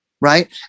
Right